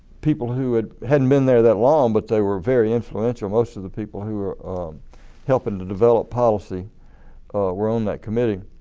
people who hadn't been there that long but they were very influential. most of the people who were helping to develop policy were on that committee.